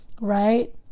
right